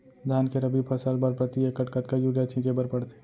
धान के रबि फसल बर प्रति एकड़ कतका यूरिया छिंचे बर पड़थे?